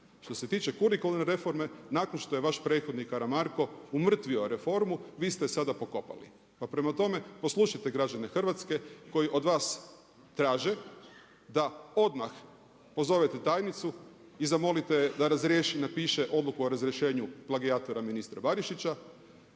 Što se tiče kurikuralne reforme, nakon što je vaš prethodnik Karamarko umrtvio reformu, vi ste je sada pokopali. Pa prema tome, poslušajte građane Hrvatske koji od vas traže da odmah pozovete tajnicu i da zamolite je da razriješi i napiše odluku o razrješenju plagijatora ministra Barišića,